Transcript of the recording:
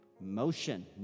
motion